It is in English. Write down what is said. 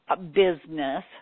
business